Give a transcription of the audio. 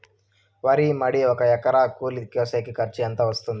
వరి మడి ఒక ఎకరా కూలీలు కోసేకి ఖర్చు ఎంత వస్తుంది?